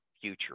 future